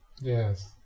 yes